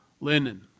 linen